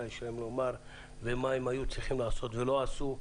יש לומר ומה הם היו צריכים לעשות ולא עשו,